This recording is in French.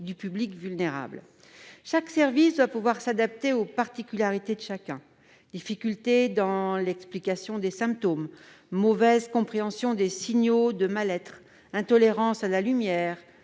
différents services doivent pouvoir s'adapter aux particularités de chacun : difficultés dans l'explication des symptômes, mauvaise compréhension des signaux de mal-être, intolérance à la lumière,